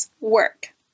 work